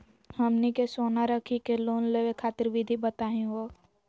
हमनी के सोना रखी के लोन लेवे खातीर विधि बताही हो?